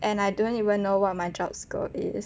and I don't even know what my job scope is